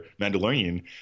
Mandalorian